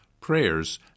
prayers